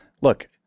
look